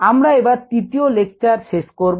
আমরা এবার তৃতীয় লেকচার শেষ করব